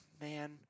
man